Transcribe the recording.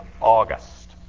August